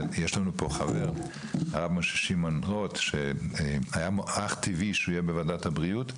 זה אך טבעי שחבר הכנסת הרב משה שמעון רוט יהיה בוועדת הבריאות.